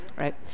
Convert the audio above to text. right